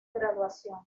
graduación